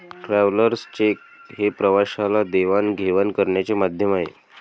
travellers cheque हे प्रवाशाला देवाणघेवाण करण्याचे माध्यम आहे